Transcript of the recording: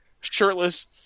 Shirtless